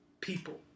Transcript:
people